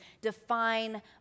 define